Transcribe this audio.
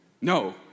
no